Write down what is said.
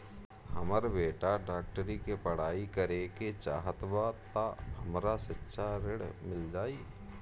हमर बेटा डाक्टरी के पढ़ाई करेके चाहत बा त हमरा शिक्षा ऋण मिल जाई?